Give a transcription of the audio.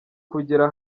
kugera